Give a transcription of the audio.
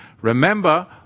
Remember